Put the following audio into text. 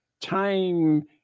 time